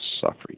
suffering